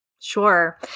Sure